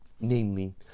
namely